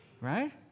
right